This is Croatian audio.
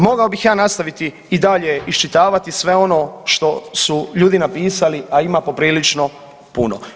Mogao bih ja nastaviti i dalje iščitavati sve ono što su ljudi napisali, a ima poprilično puno.